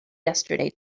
yesterday